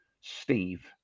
Steve